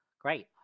great